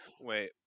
wait